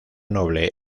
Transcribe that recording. noble